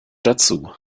dazu